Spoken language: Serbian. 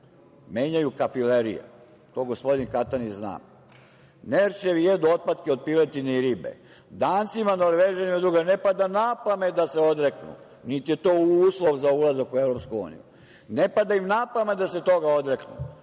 menjaju kafilerije. To gospodin Katanić zna. Nerčevi jedu otpatke od piletine i ribe. Dancima i Norvežanima ne pada na pamet da se odreknu, niti je to uslov za ulazak u EU. Ne pada im na pamet da se toga odreknu.